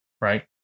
right